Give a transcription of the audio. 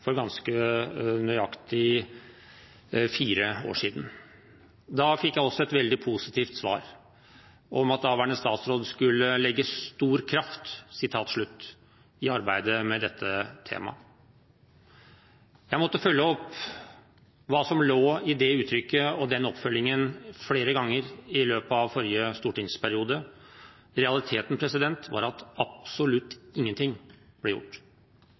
for ganske nøyaktig fire år siden. Da fikk jeg også et veldig positivt svar, om at daværende statsråd skulle legge «stor kraft» i arbeidet med dette temaet. Jeg måtte følge opp hva som lå i det uttrykket og i den oppfølgingen, flere ganger i løpet av forrige stortingsperiode. Realiteten var at absolutt ingenting ble gjort.